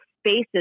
spaces